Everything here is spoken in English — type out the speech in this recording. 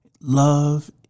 love